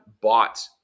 bought